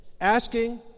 asking